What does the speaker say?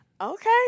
Okay